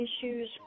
issues